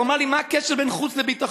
והוא אמר לי: מה הקשר בין חוץ וביטחון?